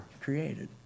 created